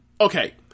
okay